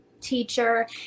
teacher